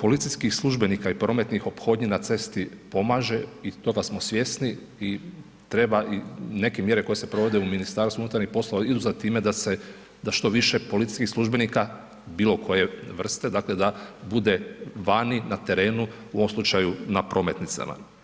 policijskih službenika i prometnih ophodnji na cesti pomaže i toga smo svjesni i treba neke mjere koje se provode u MUP-u ići za time da se, da što više policijskih službenika bilo koje vrste, dakle, da bude vani, na terenu, u ovom slučaju na prometnicama.